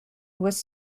was